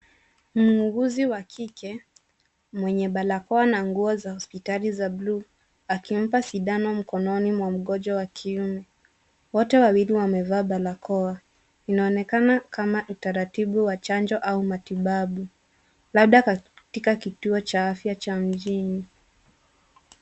Muuguzi wa kike mwenye barakoa na nguo za hospitali za bluu akimpa sindano mkononi mwa mgonjwa wa kiume. Wote wawili wamevaa barakoa inaonekana kama utaratibu wa chanjo au matibabu labda katika kituo cha afya cha mjini.